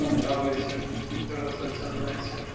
समझाबय छै अइ तरह चलनाय छै